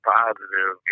positive